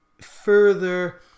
further